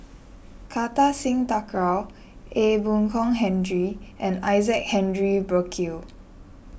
Kartar Singh Thakral Ee Boon Kong Henry and Isaac Henry Burkill